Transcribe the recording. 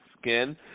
skin